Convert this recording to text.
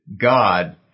God